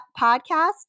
podcast